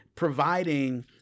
Providing